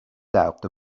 doubt